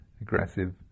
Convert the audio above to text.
aggressive